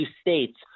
states